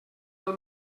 del